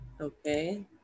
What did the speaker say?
Okay